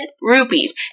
rupees